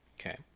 Okay